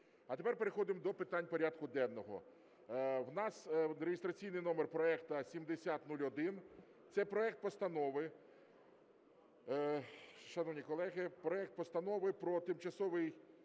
А тепер переходимо до питань порядку денного. В нас реєстраційний номер проекту 7001 – це проект Постанови... Шановні